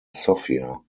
sofia